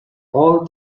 all